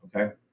okay